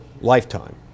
lifetime